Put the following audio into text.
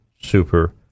Super